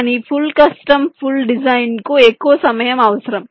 కానీ full custom full design కు ఎక్కువ సమయం అవసరం